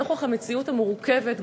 נוכח המציאות המורכבת,